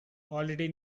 already